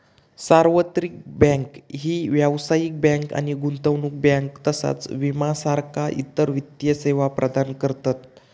सार्वत्रिक बँक ही व्यावसायिक बँक आणि गुंतवणूक बँक तसाच विमा सारखा इतर वित्तीय सेवा प्रदान करतत